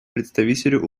представителю